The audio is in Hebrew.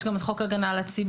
יש גם את חוק הגנה על הציבור.